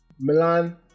Milan